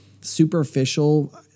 superficial